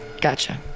Gotcha